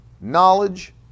knowledge